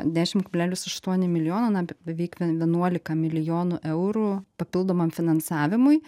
dešimt kablelis aštuoni milijono na beveik vienuolika milijonų eurų papildomam finansavimui